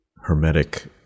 hermetic